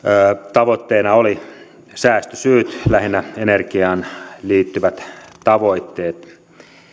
tavoitteena olivat säästösyyt lähinnä energiaan liittyvät tavoitteet